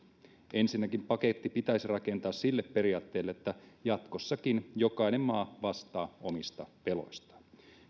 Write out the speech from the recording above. ensinnäkin paketti pitäisi rakentaa sille periaatteelle että jatkossakin jokainen maa vastaa omista veloistaan